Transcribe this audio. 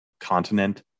continent